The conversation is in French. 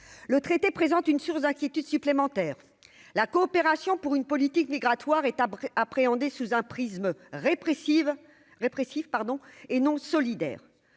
le traité présente une source d'inquiétude supplémentaire : la coopération pour une politique migratoire est appréhender sous un prisme répressive répressif